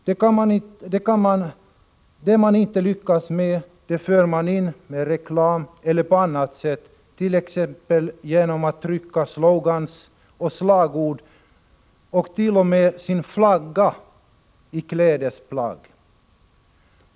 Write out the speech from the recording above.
Det man inte lyckas med, det för man in med reklam eller på annat sätt, t.ex. genom att trycka slogans och slagord och t.o.m. sin flagga på klädesplagg.